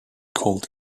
called